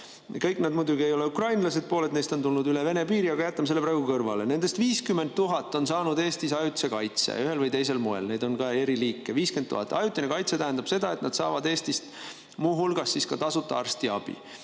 Kõik nad muidugi ei ole ukrainlased, pooled neist on tulnud üle Vene piiri, aga jätame selle praegu kõrvale. Nendest 50 000 on saanud Eestis ajutise kaitse ühel või teisel moel, neid on ka eri liike. 50 000! Ajutine kaitse tähendab seda, et nad saavad Eestist muu hulgas ka tasuta arstiabi.